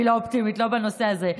אני לא אופטימית, לא בנושא הזה.